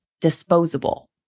disposable